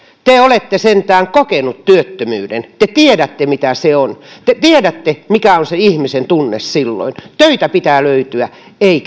te olette sentään kokenut työttömyyden te tiedätte mitä se on te tiedätte mikä on se ihmisen tunne silloin töitä pitää löytyä ei